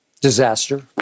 Disaster